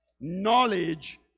Knowledge